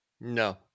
No